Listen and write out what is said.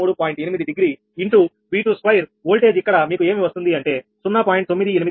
8 degree into 𝑉22 voltage ఇక్కడ మీకు ఏమి వస్తుంది అంటే 0